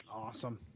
Awesome